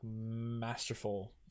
masterful